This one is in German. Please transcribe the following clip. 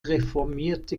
reformierte